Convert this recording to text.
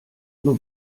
nur